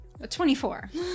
24